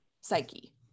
psyche